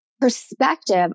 perspective